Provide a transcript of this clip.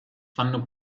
fanno